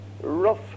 rough